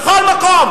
בכל מקום